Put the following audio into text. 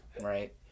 Right